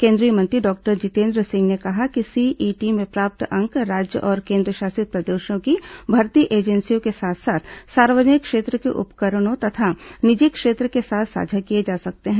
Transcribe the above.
केंद्रीय मंत्री डॉक्टर जितेन्द्र सिंह ने कहा कि सीईटी में प्राप्त अंक राज्य और केंद्रशासित प्रदेशों की भर्ती एजेंसियों के साथ साथ सार्वजनिक क्षेत्र के उपक्रमों तथा निजी क्षेत्र के साथ साझा किये जा सकते हैं